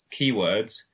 keywords